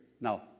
Now